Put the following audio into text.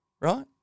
Right